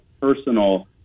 personal